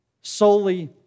solely